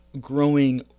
growing